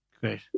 Great